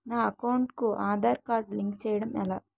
నా అకౌంట్ కు Aadhaar card link చేయడం ఎలా?